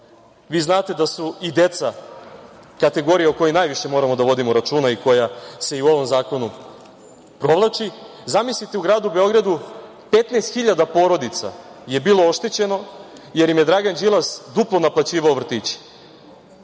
Vi znate da su i deca kategorija o kojoj najviše moramo da vodimo računa i koja se i u ovom zakonu provlači. Zamislite, u gradu Beogradu 15.000 porodica je bilo oštećeno jer im je Dragan Đilas duplo naplaćivao vrtiće.